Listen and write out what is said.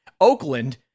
Oakland